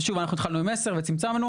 ושוב, אנחנו התחלנו עם עשר וצמצמנו.